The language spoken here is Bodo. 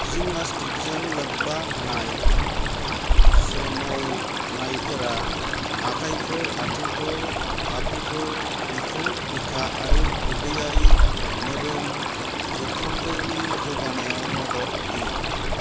जिमनास्टिक्सजों लोब्बा थानाय सोमाव नायफोरा आखायफोर आथिंफोर फाफ्लिफोर बिखुं बिखा आरो उदैयारि मोदोम जुथुमफोरनि जौगानायाव मदद होयो